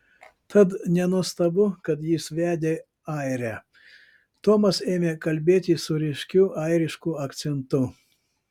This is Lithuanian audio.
tad nenuostabu kad jis vedė airę tomas ėmė kalbėti su ryškiu airišku akcentu